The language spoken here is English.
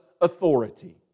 authority